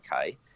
okay